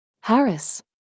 Harris